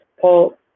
Paul